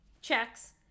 checks